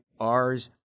Rs